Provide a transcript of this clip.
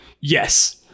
Yes